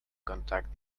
contact